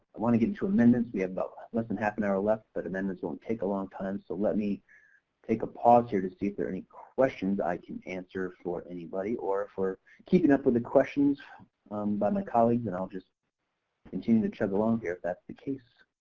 i want to get into amendments we have about less than half an hour left but amendments won't take a long time, so let me take a pause here to see if there and are questions i can answer for anybody or if we're keeping up with the questions by my colleagues and i'll just continue to chug along here if that's the case.